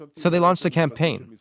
but so they launched a campaign.